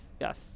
yes